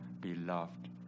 beloved